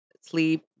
sleep